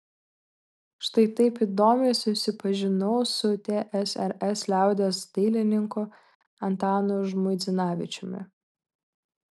štai taip įdomiai susipažinau su tsrs liaudies dailininku antanu žmuidzinavičiumi